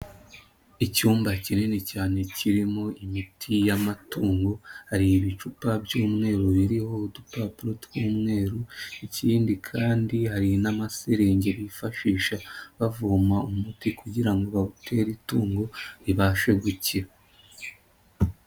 Icyumba kinini cyane kirimo imiti y'amatungo, hari ibicupa by'umweru biriho udupapuro tw'umweru, ikindi kandi hari n'amaserenge bifashisha bavoma umuti kugira ngo bawutere itungo ribashe gukira.